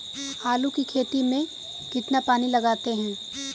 आलू की खेती में कितना पानी लगाते हैं?